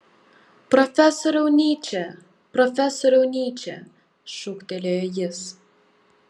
profesoriau nyče profesoriau nyče šūktelėjo jis